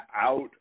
out